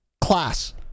class